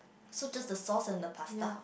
so just the sauce and the pasta